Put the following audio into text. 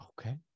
Okay